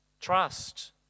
trust